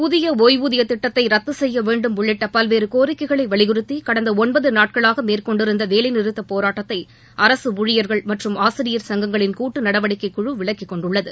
புதிய ஒய்வூதிய திட்டத்தை ரத்து செய்ய வேண்டும் உள்ளிட்ட பல்வேறு கோரிக்கைகளை வலிபறுத்தி கடந்த ஒன்பது நாட்களாக மேற்கொண்டிருந்த வேலை நிறுத்தப் போராட்டத்தை அரசு ஊழியர்கள் மற்றும் ஆசிரியர் சங்கங்களின் கூட்டு நடவடிக்கைக் குழு விலக்கிக் கொண்டுள்ளது